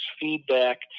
feedback